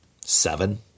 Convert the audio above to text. seven